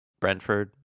Brentford